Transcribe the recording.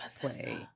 play